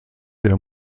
der